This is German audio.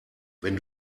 wenn